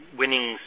winning